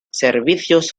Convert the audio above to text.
servicios